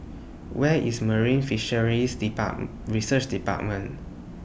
Where IS Marine Fisheries depart Research department